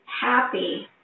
happy